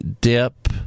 Dip